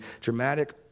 dramatic